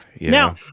Now